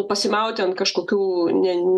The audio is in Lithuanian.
pasimauti ant kažkokių ne